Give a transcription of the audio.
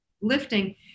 lifting